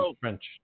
French